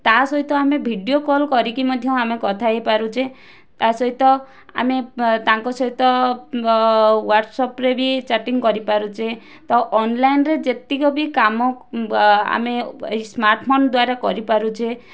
ତା ସହିତ ଆମେ ଭିଡ଼ିଓ କଲ୍ କରିକି ମଧ୍ୟ ଆମେ କଥା ହୋଇପାରୁଛେ ତା ସହିତ ଆମେ ତାଙ୍କ ସହିତ ହ୍ଵାଟସପ୍ ବି ଚାଟିଂ କରିପାରୁଛେ ତ ଅନଲାଇନ୍ ରେ ଯେତିକ ବି କାମ ବା ଆମେ ଏଇ ସ୍ମାର୍ଟଫୋନ୍ ଦ୍ଵାରା କରିପାରୁଛେ